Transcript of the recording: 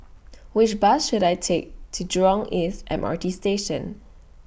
Which Bus should I Take to Jurong East M R T Station